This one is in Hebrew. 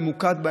ממוקד,